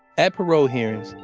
at parole hearings,